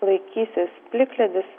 laikysis plikledis